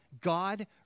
God